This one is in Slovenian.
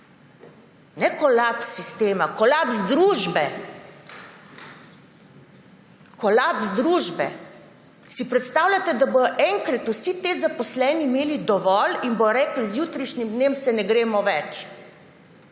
Ne kolaps sistema, kolaps družbe. Si predstavljate, da bodo enkrat vsi ti zaposleni imeli dovolj in bodo rekli: »Z jutrišnjem dnem se ne gremo več.«